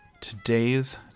Today's